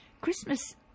Christmas